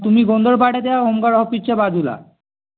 तुम्ही गोंदळ पाड्याच्या होमगाड ऑफिसच्या बाजूला हा